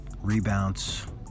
rebounds